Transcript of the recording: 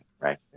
right